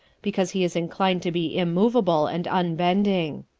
because he is inclined to be immovable and unbending.